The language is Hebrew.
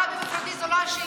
עראבה ופוריידיס זו לא השאלה.